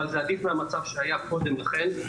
אבל זה עדיף מהמצב שהיה קודם לכן.